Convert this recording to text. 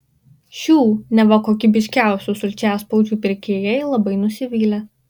šių neva kokybiškiausių sulčiaspaudžių pirkėjai labai nusivylę